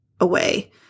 away